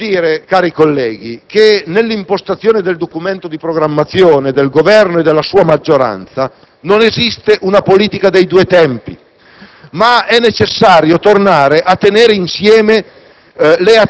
crescita, risanamento, equità. Ciò vuol dire, cari colleghi, che nell'impostazione del Documento di programmazione economico-finanziaria del Governo e della sua maggioranza non esiste una politica dei due tempi.